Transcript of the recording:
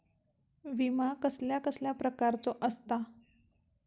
विमा कसल्या कसल्या प्रकारचो असता?